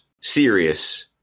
serious